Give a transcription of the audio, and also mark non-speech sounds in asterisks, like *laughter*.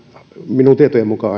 minun tietojeni mukaan *unintelligible*